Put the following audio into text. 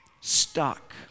Stuck